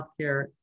Healthcare